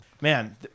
Man